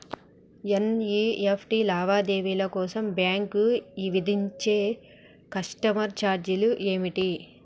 NEFT లావాదేవీల కోసం bank విధించే కస్టమర్ ఛార్జీలు ఏమిటి?